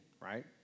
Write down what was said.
right